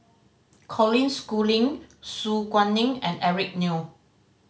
Colin Schooling Su Guaning and Eric Neo